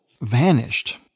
vanished